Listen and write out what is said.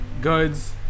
goods